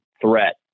threat